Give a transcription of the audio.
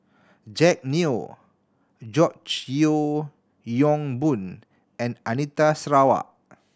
Jack Neo George Yeo Yong Boon and Anita Sarawak